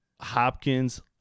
hopkins